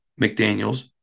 McDaniels